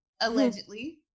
allegedly